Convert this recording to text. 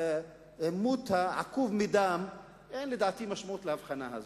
בעימות העקוב מדם, אין לדעתי משמעות להבחנה הזאת.